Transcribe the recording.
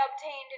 obtained